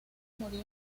murió